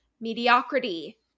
Mediocrity